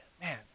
man